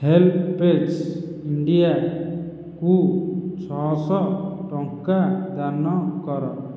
help page ଇଣ୍ଡିଆକୁ ଛଅଶହ ଟଙ୍କା ଦାନ କର